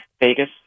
Vegas